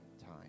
time